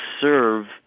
serve